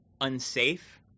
unsafe